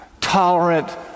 tolerant